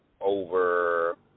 over